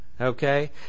Okay